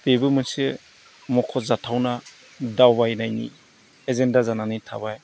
बेबो मोनसे मख'जाथावना दावबायनायनि एजेन्दा जानानै थाबाय